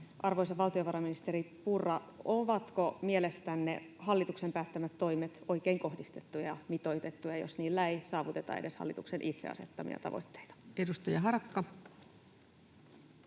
arvoisa valtiovarainministeri Purra: ovatko mielestänne hallituksen päättämät toimet oikein kohdistettuja ja mitoitettuja, jos niillä ei saavuteta edes hallituksen itse asettamia tavoitteita? Edustaja Harakka.